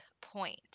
point